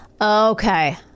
Okay